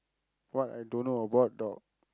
what I don't know about dog